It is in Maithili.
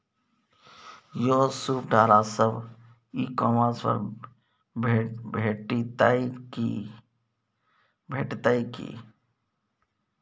यौ सूप डाला सब ई कॉमर्स पर भेटितै की?